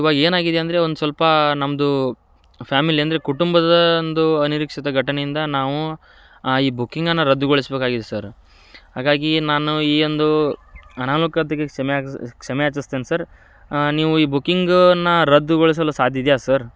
ಇವಾಗ ಏನಾಗಿದೆ ಅಂದರೆ ಒಂದು ಸ್ವಲ್ಪ ನಮ್ಮದು ಫ್ಯಾಮಿಲಿ ಅಂದರೆ ಕುಟುಂಬದ ಒಂದು ಅನಿರೀಕ್ಷಿತ ಘಟನೆಯಿಂದ ನಾವು ಈ ಬುಕಿಂಗನ್ನು ರದ್ದುಗೊಳಿಸಬೇಕಾಗಿದೆ ಸರ್ ಹಾಗಾಗಿ ನಾನು ಈ ಒಂದು ಅನಾನುಕೂಲತೆಗೆ ಕ್ಷಮೆಯಾಗ್ಸ ಕ್ಷಮೆಯಾಚಿಸ್ತೇನೆ ಸರ್ ನೀವು ಈ ಬುಕಿಂಗನ್ನು ರದ್ದುಗೊಳಿಸಲು ಸಾಧ್ಯ ಇದೆಯಾ ಸರ್